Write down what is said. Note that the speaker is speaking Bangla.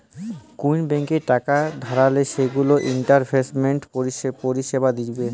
কুন ব্যাংকে টাকা খাটালে সেগুলো ইনভেস্টমেন্ট পরিষেবা দিবে